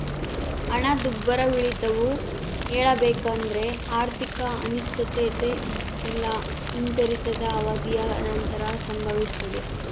ಹಣದುಬ್ಬರವಿಳಿತವು ಹೇಳಬೇಕೆಂದ್ರ ಆರ್ಥಿಕ ಅನಿಶ್ಚಿತತೆ ಇಲ್ಲಾ ಹಿಂಜರಿತದ ಅವಧಿಯ ನಂತರ ಸಂಭವಿಸ್ತದೆ